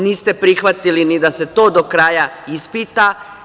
Niste prihvatili ni da se to do kraja ispita.